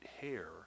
hair